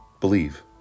Believe